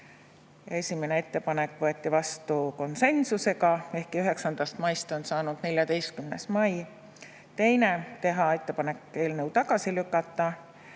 Esimene ettepanek võeti vastu konsensusega, ehkki 9. maist on saanud 14. mai. Teine: teha ettepanek eelnõu tagasi lükata,